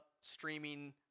streaming